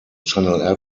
channel